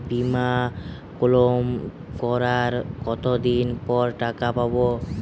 বিমা ক্লেম করার কতদিন পর টাকা পাব?